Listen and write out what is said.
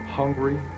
hungry